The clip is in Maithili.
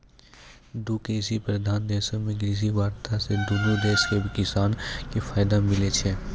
दु कृषि प्रधान देशो मे कृषि वार्ता से दुनू देशो के किसानो के फायदा मिलै छै